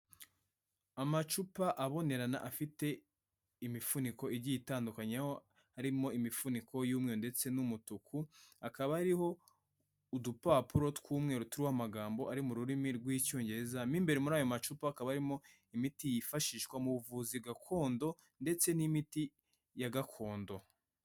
Amacupa abonerana afite imifuniko igiye itandukanyeho harimo imifuniko y'umweru ndetse n'umutuku, akaba ariho udupapuro tw'umweru turiho amagambo ari mu rurimi rw'icyongereza imbere muri ayo macupa ha akaba arimo imiti yifashishwa mu buvuzi gakondo ndetse n'imiti ya gakondo.